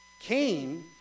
Cain